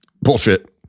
Bullshit